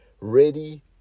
ready